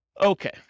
Okay